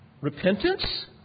Repentance